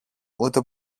ούτε